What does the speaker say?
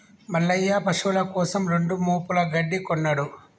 మల్లయ్య పశువుల కోసం రెండు మోపుల గడ్డి కొన్నడు